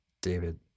David